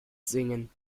singen